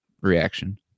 reaction